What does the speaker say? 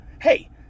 hey